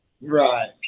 Right